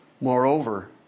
Moreover